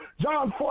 John